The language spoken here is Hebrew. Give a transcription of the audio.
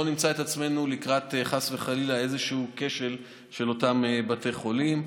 נמצא את עצמנו חס וחלילה לקראת כשל של אותם בתי חולים.